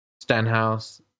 Stenhouse